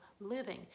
living